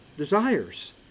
desires